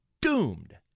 doomed